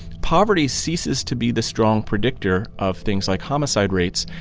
poverty ceases to be the strong predictor of things like homicide rates,